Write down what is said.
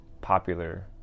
popular